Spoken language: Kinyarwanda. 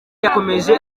yakomeje